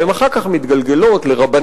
והן אחר כך מתגלגלות לרבנים,